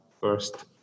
first